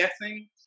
guessing